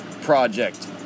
Project